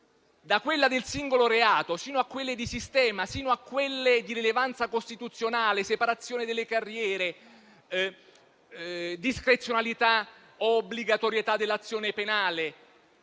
da quella del singolo reato a quelle di sistema, fino a quelle di rilevanza costituzionale, separazione delle carriere, discrezionalità o obbligatorietà dell'azione penale,